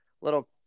little